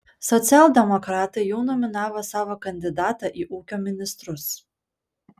socialdemokratai jau nominavo savo kandidatą į ūkio ministrus